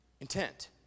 Intent